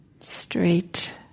straight